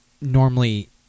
normally